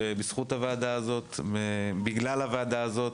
בזכות הוועדה הזאת ובגלל הוועדה הזאת.